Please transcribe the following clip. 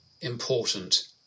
important